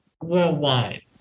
worldwide